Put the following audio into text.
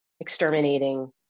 exterminating